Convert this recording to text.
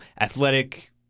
athletic